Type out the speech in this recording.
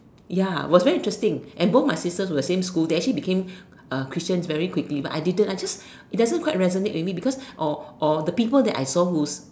ya it was very interesting and both my sisters were in the same school they actually became uh Christians very quickly but I didn't I just it didn't quite resonate with me because or or the people that I saw who's